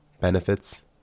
benefits